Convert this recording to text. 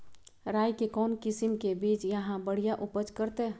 राई के कौन किसिम के बिज यहा बड़िया उपज करते?